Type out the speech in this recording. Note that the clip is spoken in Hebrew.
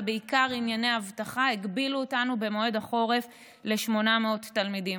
ובעיקר ענייני אבטחה הגבילו אותנו במועד החורף ל-800 תלמידים.